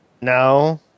No